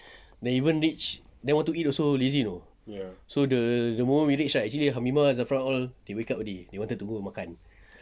they even reach they want to eat also lazy you know so the moment we reach right actually hamimah zafran all they wake already they wanted to go makan